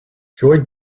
joy